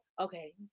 okay